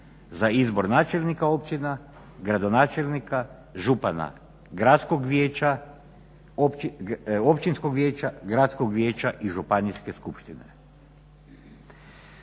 za izbor načelnika općina, gradonačelnika, župana, Gradskog vijeća, Općinskog vijeća, Gradskog vijeća i Županijske skupštine.